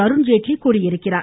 அருண்ஜேட்லி தெரிவித்துள்ளார்